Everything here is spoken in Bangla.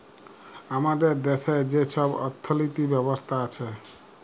আমাদের দ্যাশে যে ছব অথ্থলিতি ব্যবস্থা আছে